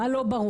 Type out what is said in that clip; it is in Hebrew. מה לא ברור?